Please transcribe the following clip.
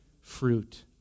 fruit